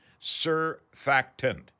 Surfactant